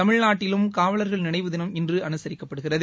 தமிழ்நாட்டிலும் காவலர்கள் நினைவு தினம் இன்றுஅனுசரிக்கப்படுகிறது